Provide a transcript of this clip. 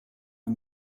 are